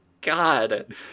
God